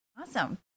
awesome